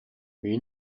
wie